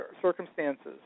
circumstances